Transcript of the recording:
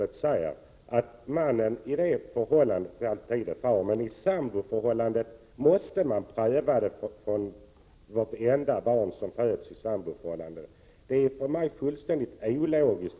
Det sägs alltså att mannen i ett äktenskap alltid är far till barnet. Men i ett samboförhållande måste det alltid prövas vem som är far till barnet. Denna inställning är för mig helt ologisk.